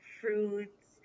fruits